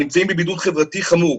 נמצאים בבידוד חברתי חמור,